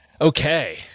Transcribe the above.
Okay